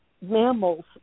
mammals